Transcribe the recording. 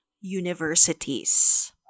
universities